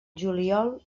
juliol